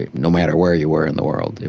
ah no matter where you were in the world,